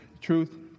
truth